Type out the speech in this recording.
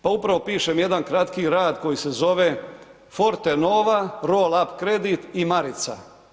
Pa upravo pišem jedan kratki rad koji se zove Fortenova, roll up kredit i Marica.